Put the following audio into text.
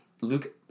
Luke